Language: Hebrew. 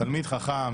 תלמיד חכם,